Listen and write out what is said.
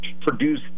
produce